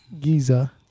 Giza